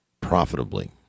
profitably